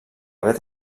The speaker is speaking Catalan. haver